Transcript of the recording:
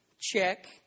check